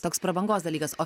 toks prabangos dalykas o